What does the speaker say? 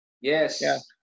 Yes